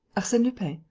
arsene lupin,